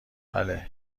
بله